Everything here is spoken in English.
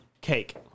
cake